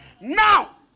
Now